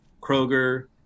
Kroger